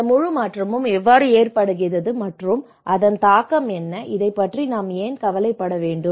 இந்த முழு மாற்றமும் எவ்வாறு ஏற்படுகிறது மற்றும் அதன் தாக்கம் என்ன இதைப் பற்றி நாம் ஏன் கவலைப்பட வேண்டும்